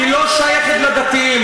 היא לא שייכת לדתיים.